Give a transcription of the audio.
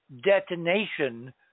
detonation